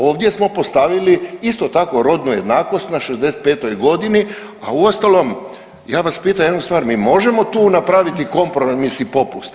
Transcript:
Ovdje smo postavili isto tako rodnu jednakost na 65 godini, a uostalom ja vas pitam jednu stvar mi možemo tu napraviti kompromis i popust.